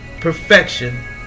perfection